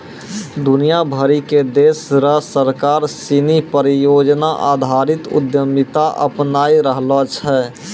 दुनिया भरी के देश र सरकार सिनी परियोजना आधारित उद्यमिता अपनाय रहलो छै